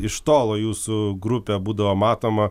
iš tolo jūsų grupė būdavo matoma